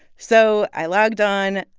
so i logged on,